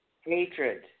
hatred